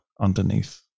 underneath